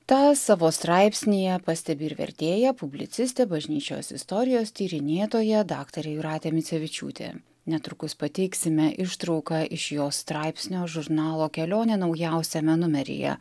tą savo straipsnyje pastebi ir vertėja publicistė bažnyčios istorijos tyrinėtoja daktarė jūratė micevičiūtė netrukus pateiksime ištrauką iš jos straipsnio žurnalo kelionė naujausiame numeryje